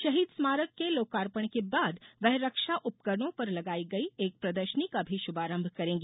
शहीद स्मारक के लोगार्पण के बाद वे रक्षा उपकरणों पर लगाई गई एक प्रदर्शनी का भी शुभारंभ करेंगी